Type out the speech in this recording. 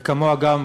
וכמוה גם